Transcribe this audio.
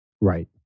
Right